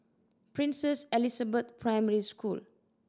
Princess Elizabeth Primary School